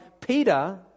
Peter